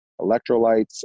electrolytes